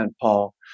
Paul